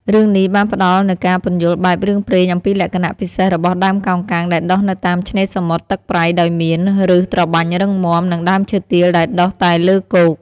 រឿងនេះបានផ្តល់នូវការពន្យល់បែបរឿងព្រេងអំពីលក្ខណៈពិសេសរបស់ដើមកោងកាងដែលដុះនៅតាមឆ្នេរសមុទ្រទឹកប្រៃដោយមានប្ញសត្របាញ់រឹងមាំ និងដើមឈើទាលដែលដុះតែលើគោក។